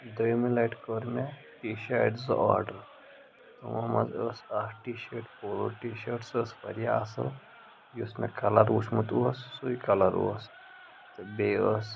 دٔیِمہِ لَٹہِ کٔر مےٚ ٹی شاٹہِ زٕ آرڈر تِمو منٛز ٲس اَکھ T shirt polo T shirt سَہ ٲس وارِیاہ اَصٕل یُس مےٚ کَلَر وٕچھمُت اوس سُے کَلَر اوس تہٕ بیٚیہِ ٲس